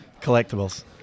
Collectibles